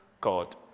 God